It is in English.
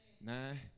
nine